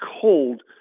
cold